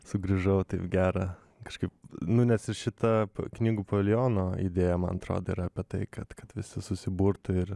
sugrįžau taip gera kažkaip nu nes su šita knygų pavilijono idėja man atrodo yra apie tai kad kad visi susiburtų ir